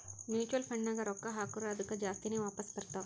mutual ಫಂಡ್ನಾಗ್ ರೊಕ್ಕಾ ಹಾಕುರ್ ಅದ್ದುಕ ಜಾಸ್ತಿನೇ ವಾಪಾಸ್ ಬರ್ತಾವ್